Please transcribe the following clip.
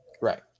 Right